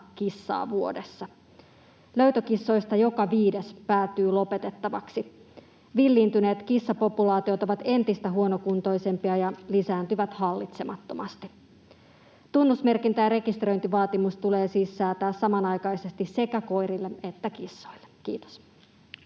kissaa vuodessa. Löytökissoista joka viides päätyy lopetettavaksi. Villiintyneet kissapopulaatiot ovat entistä huonokuntoisempia ja lisääntyvät hallitsemattomasti. Tunnusmerkintä ja rekisteröintivaatimus tulee siis säätää samanaikaisesti sekä koirille että kissoille. — Kiitos.